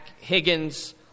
Higgins